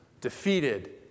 defeated